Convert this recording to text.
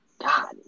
God